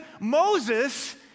Moses